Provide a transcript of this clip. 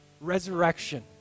resurrection